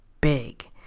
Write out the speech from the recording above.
big